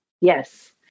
Yes